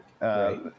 Right